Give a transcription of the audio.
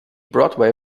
broadway